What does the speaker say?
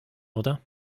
oder